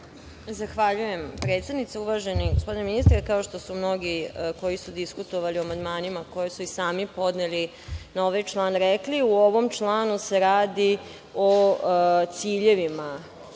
Zahvaljujem, predsednice. Uvaženi gospodine ministre, kao što su mnogi koji su diskutovali o amandmanima koje su i sami podneli na ovaj član rekli, u ovom članu se radi o ciljevima